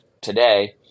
today